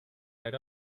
right